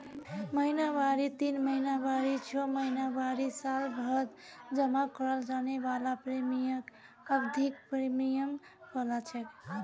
महिनावारी तीन महीनावारी छो महीनावारी सालभरत जमा कराल जाने वाला प्रीमियमक अवधिख प्रीमियम कहलाछेक